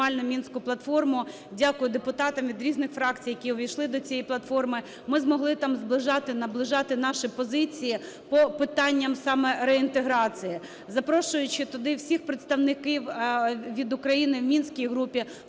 дякую депутатам від різних фракцій, які увійшли до цієї платформи. Ми змогли там зближати, наближати наші позиції по питанням саме реінтеграції, запрошуючи туди всіх представників від України в Мінській групі,